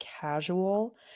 casual